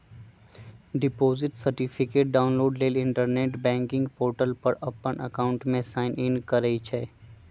deposit certificate download लेल internet banking portal पर अप्पन अकाउंट में साइन करइ छइ